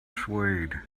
swayed